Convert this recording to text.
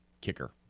Kicker